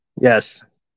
Yes